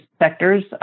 sectors